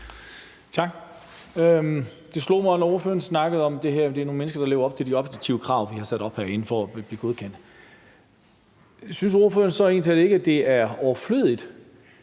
der slog mig, da ordføreren snakkede om det her med, om det er nogle mennesker, der lever op til de objektive krav, vi har sat op herinde, for at blive godkendt. Synes ordføreren så egentlig talt ikke, at det er overflødigt,